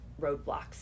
roadblocks